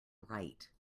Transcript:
right